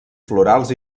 florals